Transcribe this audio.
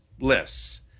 lists